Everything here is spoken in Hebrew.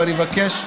ואני מבקש,